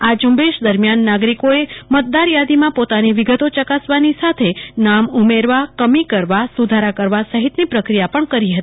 આ ઝુંબેશ દરમ્યાન નાગરિકોએ મતદાન યાદીમાં પોતાની વિગતો ચકાસેવાની સાથે નામ ઉમેરવા કમી કરવા સુધારા કરવા સફિતની પ્રક્રિયા પણ કરી હતી